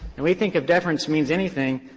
and we think if deference means anything,